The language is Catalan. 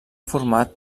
format